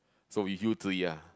so with you three ah